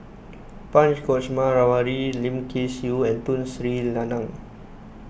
Punch Coomaraswamy Lim Kay Siu and Tun Sri Lanang